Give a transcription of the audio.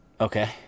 Okay